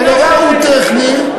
הדבר הוא טכני.